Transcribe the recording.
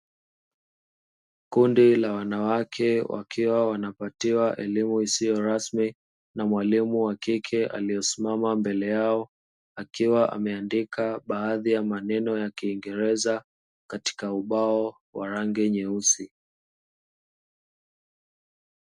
Kundi la wanawake wakiwa wanapatiwa elimu isiyo rasmi na mwalimu wa kike aliyesimama mbele yao akiwa ameandika baadhi ya maneno ya kiingereza katika ubao wa rangi nyeusi.